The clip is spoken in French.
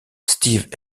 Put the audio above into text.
steve